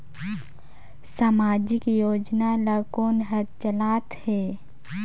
समाजिक योजना ला कोन हर चलाथ हे?